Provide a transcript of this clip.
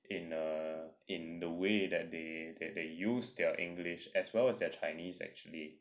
in a in the way that they that they use their english as well as their chinese actually